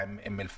אום אל פחם,